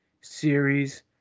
series